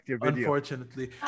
Unfortunately